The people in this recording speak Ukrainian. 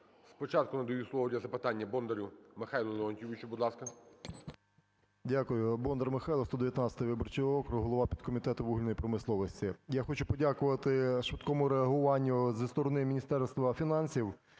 Спочатку надаю слово для запитання Бондарю Михайлу Леонтійовичу. Будь ласка. 10:58:54 БОНДАР М.Л. Дякую. Бондар Михайло, 119 виборчий округ, голова підкомітету вугільної промисловості. Я хочу подякувати швидкому реагуванню зі сторони Міністерства фінансів